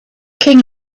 king